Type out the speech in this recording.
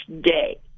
day